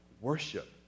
Worship